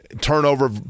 turnover